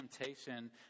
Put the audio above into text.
temptation